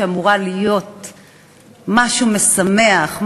שאמורה להיות משהו משמח,